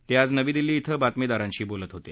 ते आज नवी दिल्ली इथं बातमीदारांशी बोलत होते